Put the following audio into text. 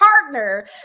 partner